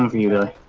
neither